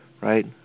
right